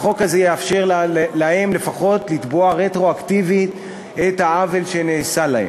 החוק הזה יאפשר להם לפחות לתבוע רטרואקטיבית בגין העוול שנעשה להם.